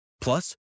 Plus